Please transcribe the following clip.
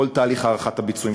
כל תהליך הערכת הביצועים,